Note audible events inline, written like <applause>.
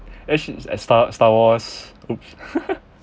as as star star wars !oops! <laughs>